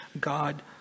God